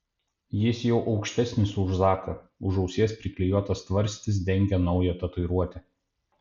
jis jau aukštesnis už zaką už ausies priklijuotas tvarstis dengia naują tatuiruotę